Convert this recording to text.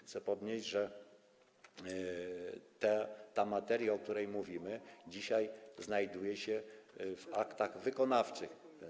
Chcę podnieść, że ta materia, o której mówimy, dzisiaj znajduje się w aktach wykonawczych.